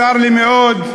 צר לי מאוד,